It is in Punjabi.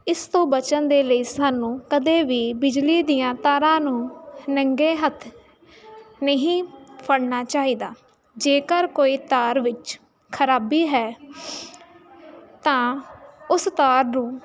ਇਸ ਤੋਂ ਬਚਣ ਦੇ ਲਈ ਸਾਨੂੰ ਕਦੇ ਵੀ ਬਿਜਲੀ ਦੀਆਂ ਤਾਰਾਂ ਨੂੰ ਨੰਗੇ ਹੱਥ ਨਹੀਂ ਫੜਨਾ ਚਾਹੀਦਾ ਜੇਕਰ ਕੋਈ ਤਾਰ ਵਿੱਚ ਖਰਾਬੀ ਹੈ ਤਾਂ ਉਸ ਤਾਰ ਨੂੰ